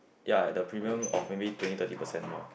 ya at the premium of maybe twenty thirty percent more